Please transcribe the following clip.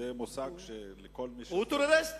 הוא טרוריסט,